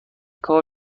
کار